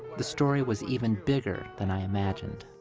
the story was even bigger than i imagined.